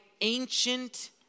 ancient